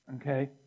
Okay